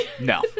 No